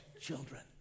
children